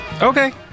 Okay